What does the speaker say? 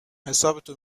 حسابتو